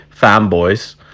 fanboys